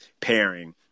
pairing